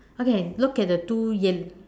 okay look at the two yell~